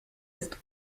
ist